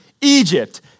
Egypt